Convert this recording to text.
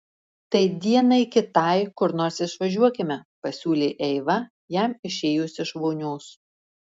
tai dienai kitai kur nors išvažiuokime pasiūlė eiva jam išėjus iš vonios